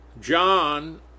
John